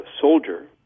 soldier